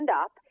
up